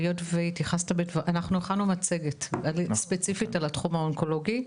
אנחנו הכנו מצגת ספציפית על התחום האונקולוגי,